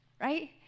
Right